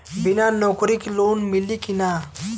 बिना नौकरी के लोन मिली कि ना?